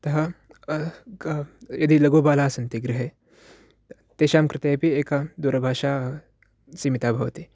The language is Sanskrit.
अतः यदि लघुबालाः सन्ति गृहे तेषां कृते अपि एका दूरभाषा सीमिता भवति